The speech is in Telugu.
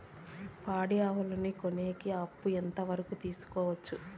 పాడి ఆవులని కొనేకి అప్పు ఎంత వరకు తీసుకోవచ్చు?